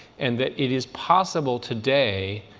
and that it is possible today,